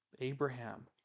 Abraham